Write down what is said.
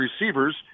receivers